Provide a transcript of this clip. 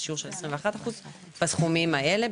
שיעור של 21% בסכומים האלה,